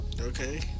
Okay